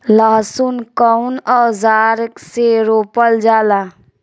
लहसुन कउन औजार से रोपल जाला?